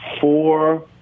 four